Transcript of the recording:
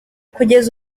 kugeza